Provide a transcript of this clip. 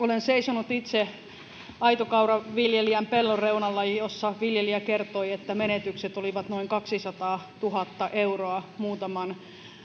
olen seisonut itse aitokauraviljelijän pellon reunalla jossa viljelijä kertoi että menetykset olivat noin kaksisataatuhatta euroa muutaman